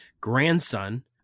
grandson